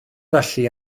felly